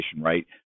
right